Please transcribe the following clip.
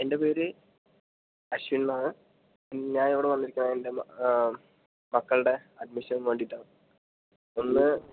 എൻറെ പേര് അശ്വിൻ എന്നാണ് ഞാനിവിടെ വന്നിരിക്കുന്നത് എൻ്റെ മക്കളുടെ അഡ്മിഷന് വേണ്ടിയിട്ടാണ് ഒന്ന്